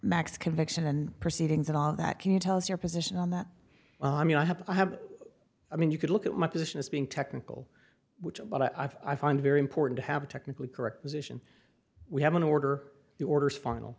max conviction and proceedings and all that can you tell us your position on that i mean i have i have i mean you could look at my position as being technical which is what i find very important to have a technically correct position we have an order the orders final